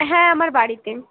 হ্যাঁ আমার বাড়িতে